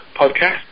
podcast